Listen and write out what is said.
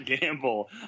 gamble